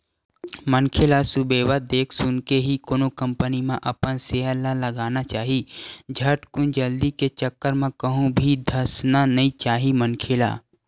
मनखे ल सुबेवत देख सुनके ही कोनो कंपनी म अपन सेयर ल लगाना चाही झटकुन जल्दी के चक्कर म कहूं भी धसना नइ चाही मनखे ल